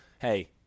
hey